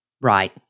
Right